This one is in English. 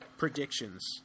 predictions